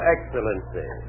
Excellency